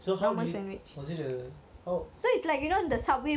so how did you was it a how